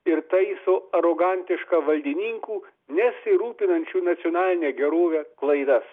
ir taiso arogantišką valdininkų nesirūpinančių nacionaline gerove klaidas